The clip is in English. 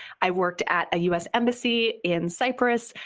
i worked at a us embassy in cyprus.